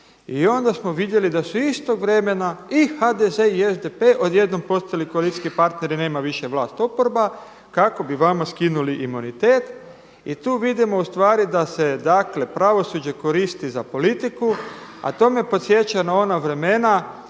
i onda smo vidjeli da su istog vremena i HDZ i SDP odjednom postali koalicijski partneri, nema više vlast oporba kako bi vama skinuli imunitet. I tu vidimo ustvari da se dakle pravosuđe koristi za politiku a to me podsjeća na ona vremena,